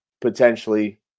potentially